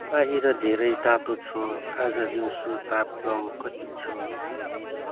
बाहिर धेरै तातो छ आज दिउँसो तापक्रम कति छ